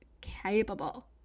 capable